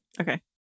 Okay